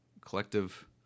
collective